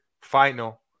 final